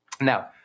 Now